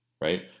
right